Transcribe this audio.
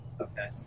Okay